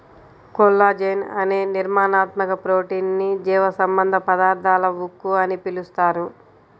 collagen అనే నిర్మాణాత్మక protein ని జీవసంబంధ పదార్థాల ఉక్కు అని పిలుస్తారు